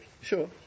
sure